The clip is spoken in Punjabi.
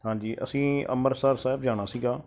ਹਾਂਜੀ ਅਸੀਂ ਅੰਮ੍ਰਿਤਸਰ ਸਾਹਿਬ ਜਾਣਾ ਸੀਗਾ